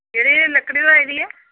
केह्ड़ी लकड़ी लाई दी ऐ